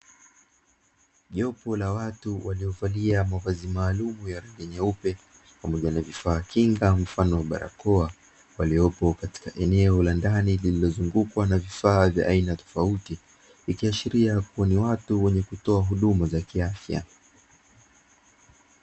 Jopo la watu waliovalia mavazi maalumu ya rangi nyeupe, pamoja na vifaa kinga vya mfano wa barakoa, waliopo katika eneo la ndani lililozungukwa na vifaa vya aina tofauti, ikiashiria kuwa ni watu wenye wakutoa huduma za kiafya.